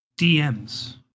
DMs